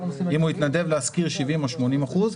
אם הוא התנדב להשכיר 70 או 80 אחוזים,